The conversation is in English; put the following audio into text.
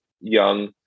young